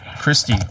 Christie